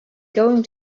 going